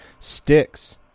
sticks